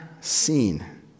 seen